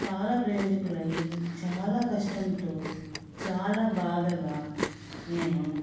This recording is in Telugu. చాలా ప్రయోజకులయ్యి చాల కష్టంతో చాల బాధగా నేను